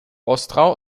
ostrau